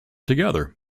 together